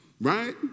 Right